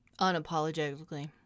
Unapologetically